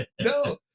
No